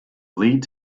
lead